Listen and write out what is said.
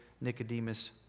Nicodemus